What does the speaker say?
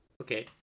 Okay